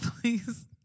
Please